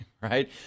Right